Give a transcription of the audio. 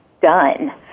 done